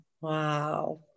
Wow